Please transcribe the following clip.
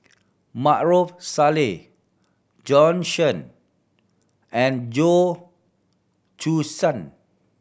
Maarof Salleh Jorn Shen and Goh Choo San